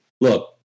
look